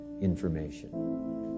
information